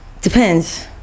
Depends